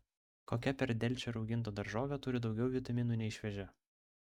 kokia per delčią rauginta daržovė turi daugiau vitaminų nei šviežia